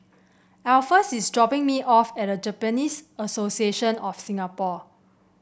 Alpheus is dropping me off at Japanese Association of Singapore